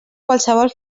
qualsevol